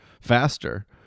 Faster